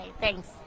Thanks